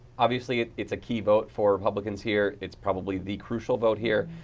obviously it's a key vote for republicans here, it's probably the crucial vote here.